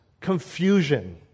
confusion